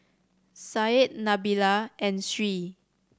Said Nabila and Sri